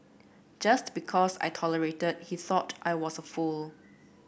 just because I tolerated he thought I was a fool